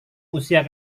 usia